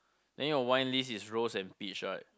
then your wine list is rose and peach right